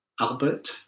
Albert